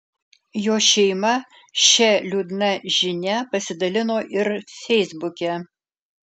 jo šeima šia liūdna žinia pasidalino ir feisbuke